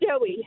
Joey